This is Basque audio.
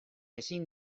ezin